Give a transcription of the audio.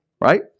Right